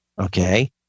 okay